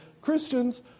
Christians